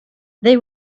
they